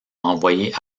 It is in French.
envoyé